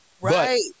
Right